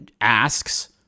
asks